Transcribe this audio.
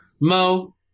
Mo